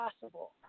possible